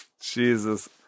Jesus